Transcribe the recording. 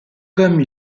comme